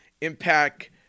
impact